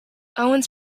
owens